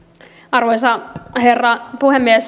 arvoisa herra puhemies